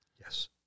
Yes